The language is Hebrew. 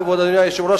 כבוד אדוני היושב-ראש,